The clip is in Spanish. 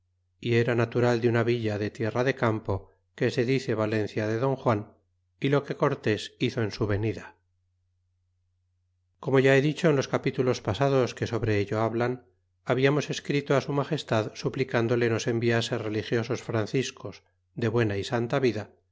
y era natural de una villa de tierra de campo que se dice valencia de don juan y lo que cortes hizo en su venida como ya he dicho en los capítulos pasados que sobre ello hablan hablamos escrito su magestad suplicándole nos enviase religiosos franciscos de buena y santa vida